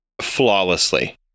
flawlessly